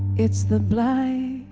it's the blight